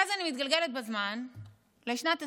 ואז אני מתגלגלת בזמן לשנת 2023,